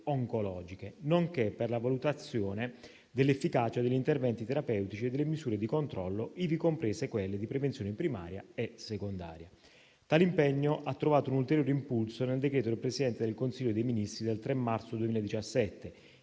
oncologiche, nonché per la valutazione dell'efficacia degli interventi terapeutici e delle misure di controllo, ivi comprese quelle di prevenzione primaria e secondaria. Tale impegno ha trovato un ulteriore impulso nel decreto del Presidente del Consiglio dei ministri del 3 marzo 2017